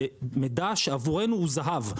זה מידע שעבורנו הוא זהב.